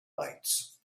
lights